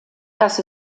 das